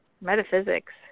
metaphysics